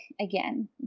again